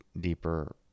deeper